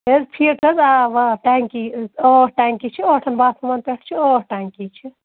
ہے فٹ حظ آ ٹینکی ٲٹھ ٹینکی چھِ ٲٹھَن باتھ روٗمَن پٮ۪ٹھ چھِ ٲٹھ ٹینکی چھِ